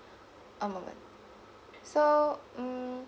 a moment so mm